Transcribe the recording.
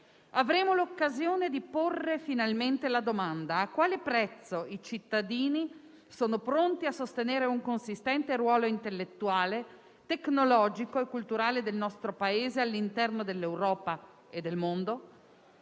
«Avremo l'occasione di porre finalmente la domanda: a quale prezzo i cittadini sono pronti a sostenere un consistente ruolo intellettuale, tecnologico e culturale del nostro Paese all'interno dell'Europa e del mondo?».